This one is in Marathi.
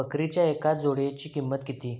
बकरीच्या एका जोडयेची किंमत किती?